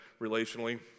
relationally